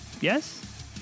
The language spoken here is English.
Yes